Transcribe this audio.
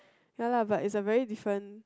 ya lah but is a very different